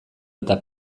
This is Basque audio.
eta